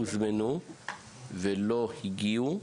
הוזמנו ולא הגיעו.